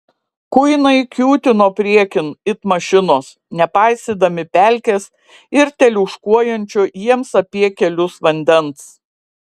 kuinai kiūtino priekin it mašinos nepaisydami pelkės ir teliūškuojančio jiems apie kelius vandens